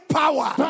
power